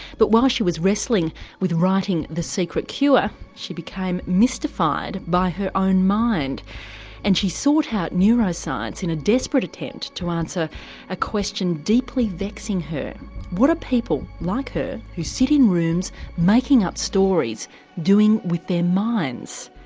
but while she was wrestling with writing the secret cure she became mystified by her own mind and she sought out neuroscience in a desperate attempt to answer a question deeply vexing her what are people like her who sit in rooms making up stories doing with their minds?